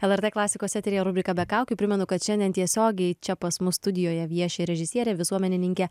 lrt klasikos eteryje rubrika be kaukių primenu kad šiandien tiesiogiai čia pas mus studijoje vieši režisierė visuomenininkė